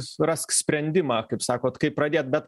surask sprendimą kaip sakot kaip pradėt bet